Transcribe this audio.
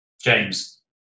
James